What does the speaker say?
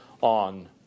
on